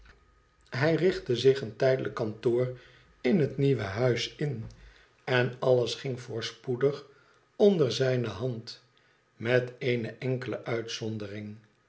hij richtte zich een tijdelijk kantoor in het nieuwe huis in en alles ging voorspoedig onder zijne hand met eene enkele uitzondering